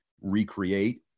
recreate